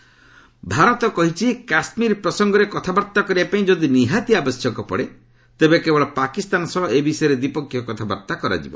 Jaishankar Pompeo meeting Bharat କହିଛି କାଶ୍ମୀର ପ୍ରସଙ୍ଗରେ କଥାବାର୍ତ୍ତା କରିବାପାଇଁ ଯଦି ନିହାତି ଆବଶ୍ୟକ ପଡ଼େ ତେବେ କେବଳ ପାକିସ୍ତାନ ସହ ଏ ବିଷୟରେ ଦ୍ୱିପକ୍ଷୀୟ କଥାବାର୍ତ୍ତା କରାଯିବ